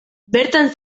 bertan